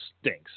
stinks